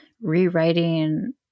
rewriting